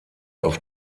auf